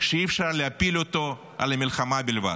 שאי-אפשר להפיל אותו על המלחמה בלבד.